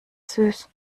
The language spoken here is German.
süß